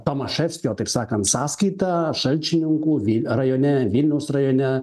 tomaševskio taip sakant sąskaita šalčininkų vi rajone vilniaus rajone